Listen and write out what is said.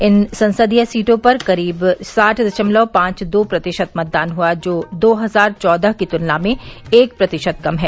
इन संसदीय सीटों पर करीब साठ दशमलव पांच दो प्रतिशत मतदान हुआ जो दो हजार चौदह के तुलना में एक प्रतिशत कम है